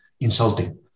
insulting